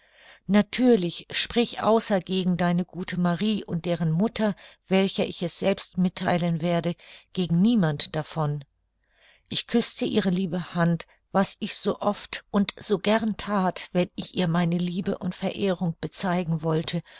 natürlich sprich außer gegen deine gute marie und deren mutter welcher ich es selbst mittheilen werde gegen niemand davon ich küßte ihre liebe hand was ich so oft und so gern that wenn ich ihr meine liebe und verehrung bezeigen wollte